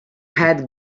had